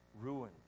Ruin